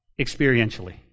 experientially